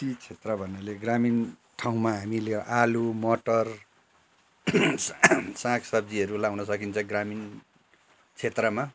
ती क्षेत्र भन्नेले ग्रामीण ठाउँमा हामीले आलु मटर साग सब्जीहरू लगाउन सकिन्छ ग्रामीण क्षेत्रमा